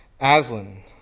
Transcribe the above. Aslan